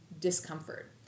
discomfort